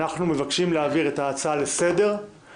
אנחנו מבקשים להעביר את ההצעה לסדר-היום,